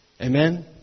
Amen